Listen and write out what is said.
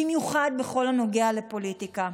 במיוחד בכל הנוגע לפוליטיקה.